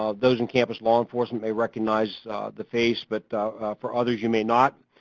ah those in campus law enforcement may recognize the face, but for others, you may not.